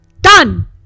Done